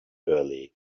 early